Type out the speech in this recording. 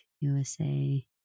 USA